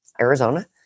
Arizona